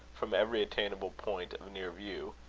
from every attainable point of near view,